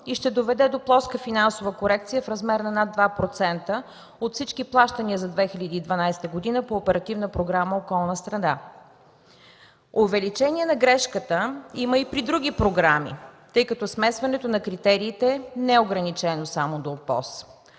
и ще доведе до плоска финансова корекция в размер на над 2% от всички плащания за 2012 г. по Оперативна програма „Околна среда”. Увеличение на грешката има и при други програми, тъй като смесването на критериите не е ограничено само до